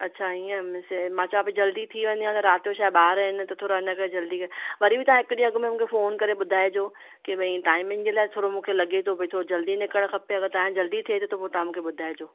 अच्छा ईअं मां चवां पई जल्दी थी वञे आ त राति जो छा ॿार आहिनि न त थोरो इन करे जल्दी कयूं वरी बि तव्हां मूंखे हिकु ॾींहं अॻ में मूंखे फ़ोन करे ॿुधाइजो की भाई टाइमिंग जे लाइ थोरो मूंखे लॻे थो जल्दी निकिरणु खपे अगरि तव्हां जल्दी थिए त पोइ तव्हां मूंखे ॿुधाइजो